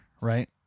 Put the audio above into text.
right